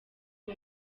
uwo